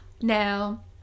Now